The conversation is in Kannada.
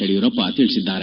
ಯಡಿಯೂರಪ್ಪ ತಿಳಿಸಿದ್ದಾರೆ